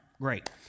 Great